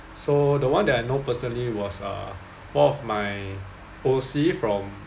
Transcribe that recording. so the one that I know personally was uh one of my O_C from